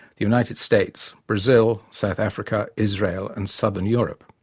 the united states, brazil, south africa, israel and southern europe.